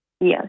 Yes